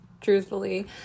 truthfully